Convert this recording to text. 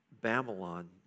Babylon